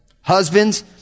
Husbands